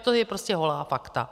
To jsou prostě holá fakta.